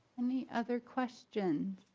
any other questions?